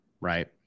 right